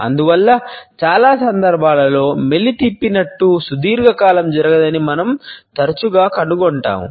అందువల్ల చాలా సందర్భాలలో మెలితిప్పినట్లు సుదీర్ఘకాలం జరగదని మనం తరచుగా కనుగొంటాము